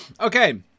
okay